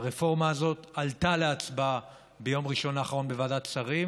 הרפורמה הזאת עלתה להצבעה ביום ראשון האחרון בוועדת שרים,